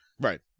Right